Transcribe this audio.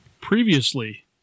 Previously